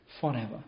forever